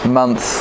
month